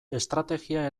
estrategia